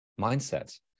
mindset